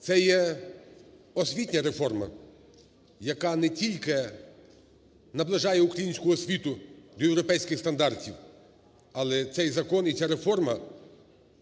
Це є освітня реформа, яка не тільки наближає українську освіту до європейських стандартів, але цей закон і ця реформа